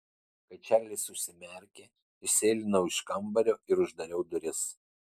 kai čarlis užsimerkė išsėlinau iš kambario ir uždariau duris